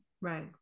Right